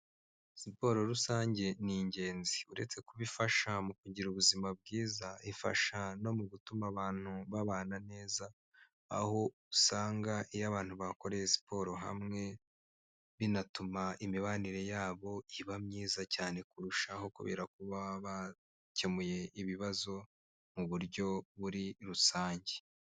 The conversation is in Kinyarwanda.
Siporo rusange ni ingenzi uretse kuba ifasha mu kugira ubuzima bwiza ifasha no mu gutuma abantu babana neza aho usanga iyo abantu bakora siporo hamwe binatuma imibanire yabo iba myiza cyane kurushaho kubera ko baba bakemuye ibibazo mu buryo buri rusange.